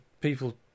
people